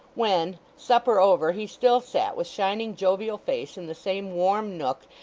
when, supper over, he still sat with shining jovial face in the same warm nook,